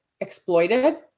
exploited